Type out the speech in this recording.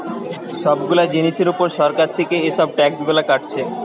সব গুলা জিনিসের উপর সরকার থিকে এসব ট্যাক্স গুলা কাটছে